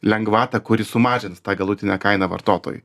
lengvatą kuri sumažins tą galutinę kainą vartotojui